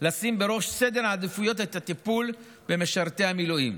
לשים בראש סדר העדיפויות את הטיפול במשרתי המילואים.